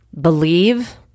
Believe